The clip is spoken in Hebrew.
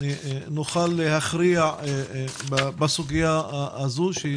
נוכל להכריע בסוגיה הזו, שהיא